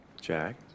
Jack